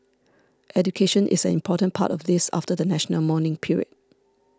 education is an important part of this after the national mourning period